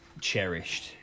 cherished